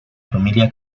familia